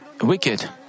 wicked